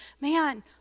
man